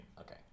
okay